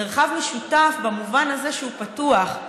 מרחב משותף במובן הזה שהוא פתוח,